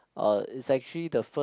uh it's actually the first